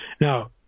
Now